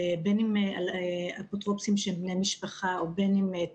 בין אם על אפוטרופוסים שהם בני משפחה ובין אם על